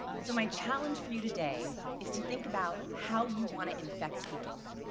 so my challenge for you today is to think about how you want to infect people.